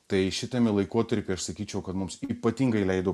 tai šitame laikotarpyje aš sakyčiau kad mums ypatingai leido